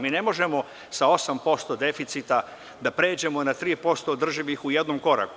Mi ne možemo sa 8% deficita da pređemo na 3% održivih u jednom koraku.